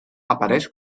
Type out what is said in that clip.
apareix